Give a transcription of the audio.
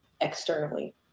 externally